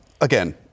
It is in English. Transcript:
Again